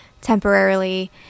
temporarily